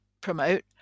promote